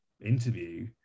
interview